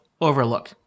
overlook